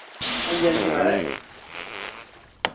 हांजी हांजी माराज